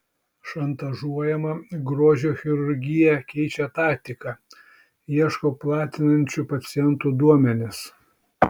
šantažuojama grožio chirurgija keičia taktiką ieško platinančių pacientų duomenis